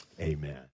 Amen